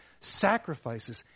sacrifices